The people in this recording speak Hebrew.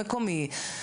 חוף מוכר, מוכרז?